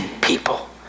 people